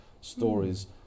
stories